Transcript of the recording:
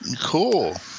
Cool